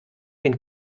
den